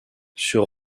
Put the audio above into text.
sur